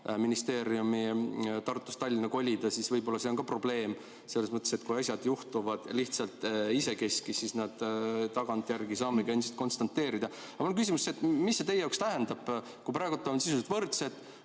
ministeeriumi Tartust Tallinna kolida, siis võib-olla see on ka probleem selles mõttes, et kui asjad juhtuvad lihtsalt iseenesest, siis tagantjärgi saame neid endiselt konstateerida. Mul on küsimus, mida see teie jaoks tähendab, kui praegu on sisuliselt võrdsus,